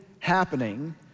happening